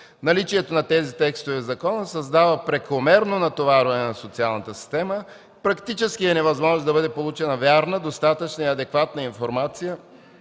Наличието на тези текстове в закона създава прекомерно натоварване на социалната система. Практически е невъзможно да бъде получена вярна, достатъчна и адекватна информация